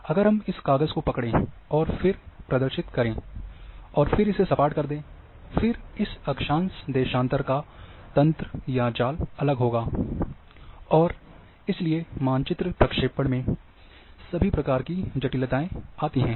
अगर हम इस काग़ज़ को पकडें और फिर प्रदर्शित करें और फिर इसे सपाट कर दें फिर इस अक्षांश देशांतर का तंत्र या जाल अलग होगा और इसलिए मानचित्र प्रक्षेपण में सभी प्रकार की जटिलताएं आती हैं